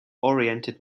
oriented